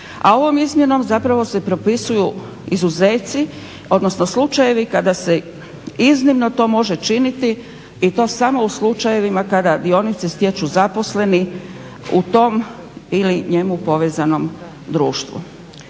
A ovom izmjenom zapravo se propisuju izuzeci odnosno slučajevi kada se iznimno to može činiti i to samo u slučajevima kada dionice stječu zaposleni u tom ili njemu povezanom društvu.